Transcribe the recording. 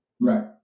Right